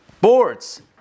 boards